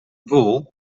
wol